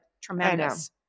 tremendous